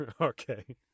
Okay